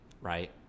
right